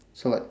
so like